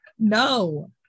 No